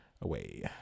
away